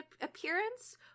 appearance